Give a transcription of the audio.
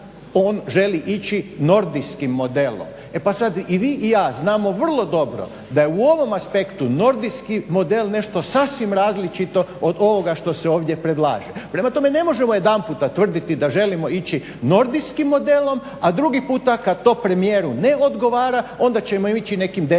on želi ići nordijskim modelom. E pa sada i vi i ja znamo vrlo dobro da je u ovom aspektu nordijski model nešto sasvim različito od ovoga što se ovdje predlaže. Prema tome, ne možemo jedanputa tvrditi da želimo ići nordijskim modelom a drugi puta kada to premijeru ne odgovara onda ćemo ići nekim desetim